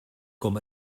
com